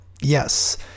yes